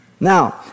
Now